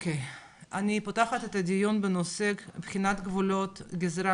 אני פותחת את הדיון בנושא בחינת גבולות גזרה